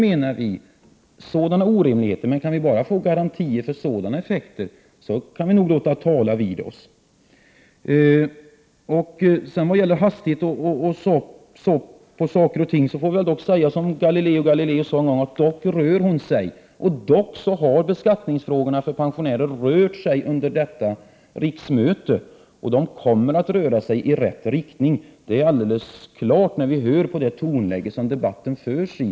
Kan vi bara få garantier för att sådana effekter inte uppkommer, kan vi nog låta tala med oss. När det sedan gäller den hastighet med vilken frågan rör sig får vi väl säga som Galileo Galilei sade en gång: ”Och likväl rör hon sig.” Frågan om pensionärernas beskattning har likväl rört sig under detta riksmöte, och den kommer att röra sig i rätt riktning. Det framgår alldeles klart av det tonläge som debatten förs i.